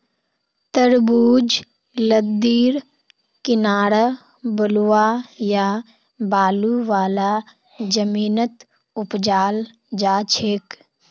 तरबूज लद्दीर किनारअ बलुवा या बालू वाला जमीनत उपजाल जाछेक